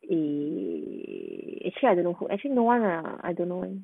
eh actually I don't know who actually no one lah I don't know [one]